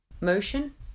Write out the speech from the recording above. motion